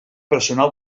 personal